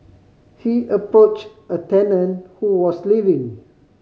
he approached a tenant who was leaving